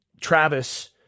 Travis